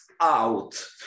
out